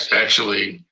actually,